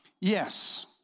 Yes